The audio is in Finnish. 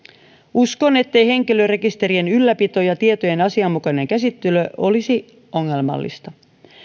uskon ettei henkilörekisterien ylläpito ja tietojen asianmukainen käsittely olisi ongelmallista